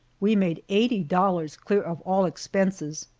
we made eighty dollars, clear of all expenses.